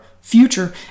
future